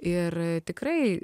ir tikrai